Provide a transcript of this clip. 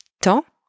temps